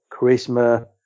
charisma